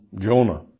Jonah